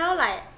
now like